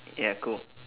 ya cool